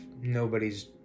nobody's